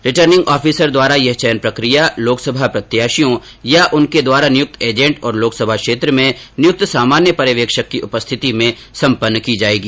returning officer द्वारा यह चयन प्रक्रिया लोकसभा प्रत्याशियों या उनके द्वारा नियुक्त एजेंट और लोकसभा क्षेत्र में नियुक्त सामान्य पर्यवेक्षक की उपस्थिति में सम्पन्न की जाएगी